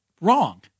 wrong